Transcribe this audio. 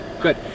good